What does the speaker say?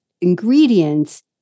ingredients